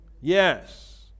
Yes